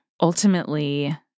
Ultimately